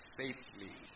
safely